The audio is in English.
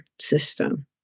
system